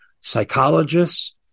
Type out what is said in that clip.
psychologists